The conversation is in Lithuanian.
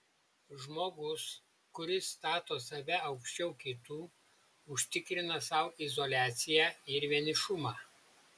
žmogus kuris stato save aukščiau kitų užtikrina sau izoliaciją ir vienišumą